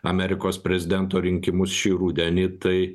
amerikos prezidento rinkimus šį rudenį tai